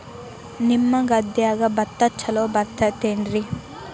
ನಿಮ್ಮ ಗದ್ಯಾಗ ಭತ್ತ ಛಲೋ ಬರ್ತೇತೇನ್ರಿ?